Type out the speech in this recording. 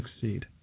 succeed